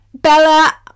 Bella